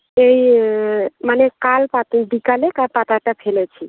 এই মানে কাল পাতো বিকালে কা পাতাটা ফেলেছি